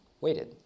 waited